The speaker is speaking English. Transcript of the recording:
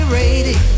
ready